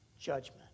judgment